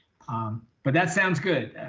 um but that sounds good.